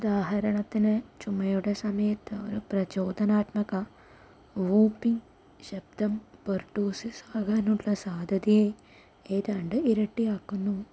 ഉദാഹരണത്തിന് ചുമയുടെ സമയത്ത് ഒരു പ്രചോദനാത്മക വൂപ്പിംഗ് ശബ്ദം പെർട്ടുസിസ് ആകാനുള്ള സാധ്യതയെ ഏതാണ്ട് ഇരട്ടിയാക്കുന്നു